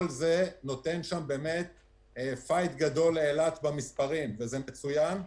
כל זה נותן פייט גדול במספרים, וזה מצוין.